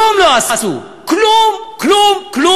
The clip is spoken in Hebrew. כלום לא עשו.